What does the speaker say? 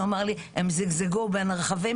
אמר: הם זגזגו בין רכבים